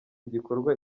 bikorwa